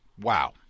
Wow